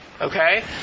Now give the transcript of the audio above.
Okay